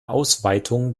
ausweitung